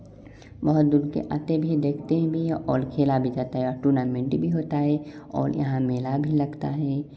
बहुत लोग तो आते भी हैं देखते भी है और खेला भी करते टूर्नामेंट भी होता है और यहाँ मेला भी लगता है